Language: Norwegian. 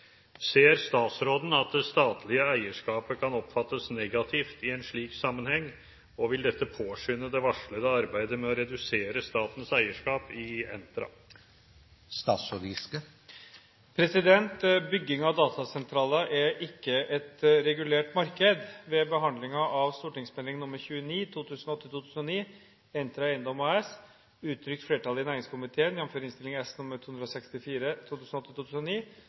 Ser statsråden at det statlige eierskapet kan oppfattes negativt i en slik sammenheng, og vil dette påskynde det varslede arbeidet med å redusere statens eierskap i Entra?» Bygging av datasentraler er ikke et regulert marked. Ved behandlingen av St.meld. nr. 29 for 2008–2009, Entra Eiendom AS, uttrykte flertallet i næringskomiteen, jf. Innst. S. nr. 264